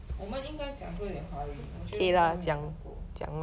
我们应该讲多一点华语我觉得好像没有讲够